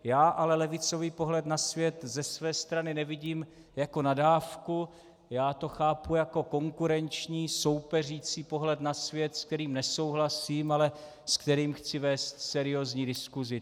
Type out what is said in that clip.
Já ale levicový pohled na svět ze své strany nevidím jako nadávku, já to chápu jako konkurenční, soupeřící pohled na svět, s kterým nesouhlasím, ale s kterým chci vést seriózní diskusi.